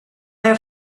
have